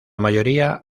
mayoría